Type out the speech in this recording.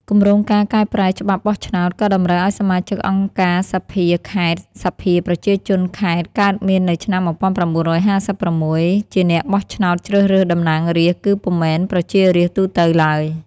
គម្រោងការកែប្រែច្បាប់បោះឆ្នោត ក៏តម្រូវឱ្យសមាជិកអង្គការសភាខេត្ត សភាប្រជាជនខេត្ត កើតមាននៅឆ្នាំ ១៩៥៦ ជាអ្នកបោះឆ្នោតជ្រើសរើសតំណាងរាស្ត្រ គឺពុំមែនប្រជារាស្ត្រទូទៅឡើយ។